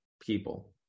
People